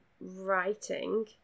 writing